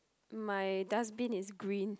my dustbin is green